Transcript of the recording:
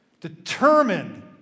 determined